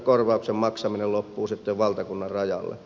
korvauksen maksaminen loppuu sitten valtakunnanrajalle